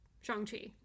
Shang-Chi